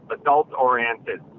Adult-oriented